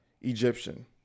Egyptian